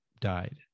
died